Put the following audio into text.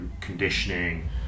conditioning